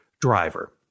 driver